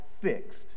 fixed